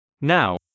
now